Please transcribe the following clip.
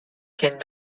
can